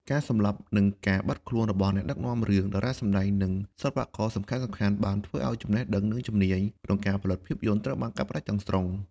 ការសម្លាប់ និងការបាត់ខ្លួនរបស់អ្នកដឹកនាំរឿង តារាសម្តែង និងសិល្បករសំខាន់ៗបានធ្វើឲ្យ ចំណេះដឹង និងជំនាញ ក្នុងការផលិតភាពយន្តត្រូវកាត់ផ្តាច់ទាំងស្រុង។